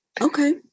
Okay